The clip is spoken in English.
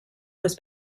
was